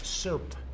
Soup